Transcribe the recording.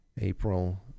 April